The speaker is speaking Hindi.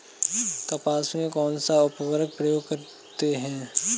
कपास में कौनसा उर्वरक प्रयोग करते हैं?